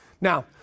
Now